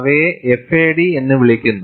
അവയെ FAD എന്ന് വിളിക്കുന്നു